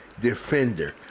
defender